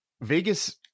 Vegas